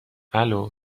الو